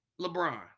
LeBron